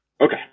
okay